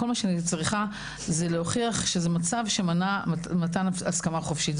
מה שאני צריכה זה להוכיח שזה מצב שמנע מתן הסכמה חופשית,